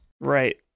Right